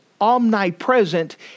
omnipresent